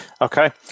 Okay